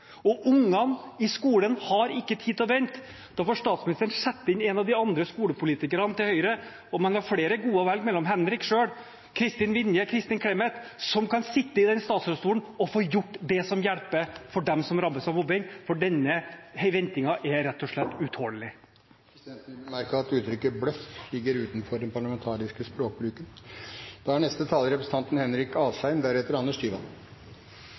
Og barna i skolen har ikke tid til å vente. Da får statsministeren sette inn en av de andre skolepolitikerne til Høyre – og man har flere gode å velge mellom: Henrik Asheim, Kristin Vinje, Kristin Clemet – som kan sitte i statsrådsstolen og få gjort det som hjelper dem som rammes av mobbing, for denne ventingen er rett og slett utålelig. Presidenten vil bemerke at ordet «bløff» faller utenfor det som er parlamentarisk språkbruk. Det er